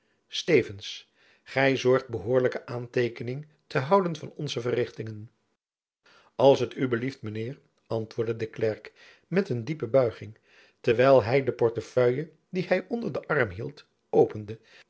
stevensz gy zorgt behoorlijke aanteekening te houden van onze verrichtingen als t u belieft mijn heer antwoordde de klerk met een diepe buiging terwijl hy den portefeuille dien hy onder den arm hield opende